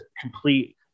complete